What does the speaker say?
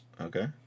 Okay